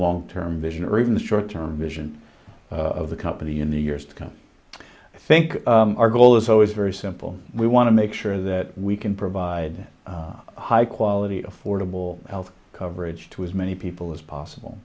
long term vision or even the short term vision of the company in the years to come i think our goal is always very simple we want to make sure that we can provide high quality affordable health coverage to as many people as possible